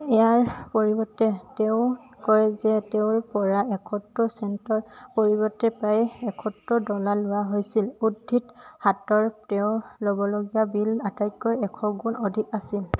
ইয়াৰ পৰিৱৰ্তে তেওঁ কয় যে তেওঁৰ পৰা এসত্তৰ চেণ্টৰ পৰিৱৰ্তে প্ৰায় এসত্তৰ ডলাৰ লোৱা হৈছিল উদ্ধৃত হাতৰ তেওঁৰ ল'বলগীয়া বিল আটাইতকৈ এশ গুণ অধিক আছিল